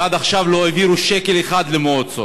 ועד עכשיו לא העבירו שקל אחד למועצות.